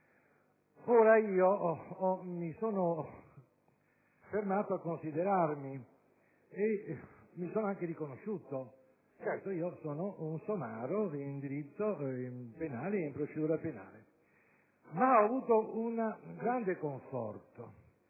Ora, mi sono fermato a considerarmi e mi sono anche riconosciuto. Certo, sono un somaro in diritto penale e in procedura penale; ma ho avuto un grande conforto,